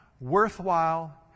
worthwhile